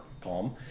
palm